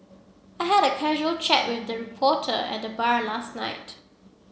I had a casual chat with the reporter at the bar last night